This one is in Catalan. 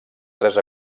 tres